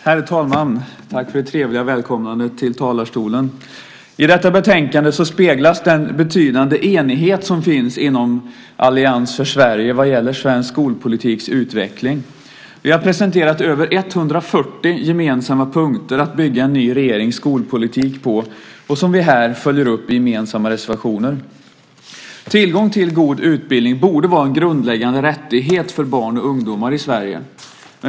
Herr talman! I detta betänkande speglas den betydande enighet som finns inom Allians för Sverige vad gäller svensk skolpolitiks utveckling. Vi har presenterat över 140 gemensamma punkter att bygga en ny regerings skolpolitik på som vi här följer upp i gemensamma reservationer. Tillgång till god utbildning borde vara en grundläggande rättighet för barn och ungdomar i Sverige.